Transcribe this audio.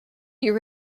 you